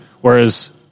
Whereas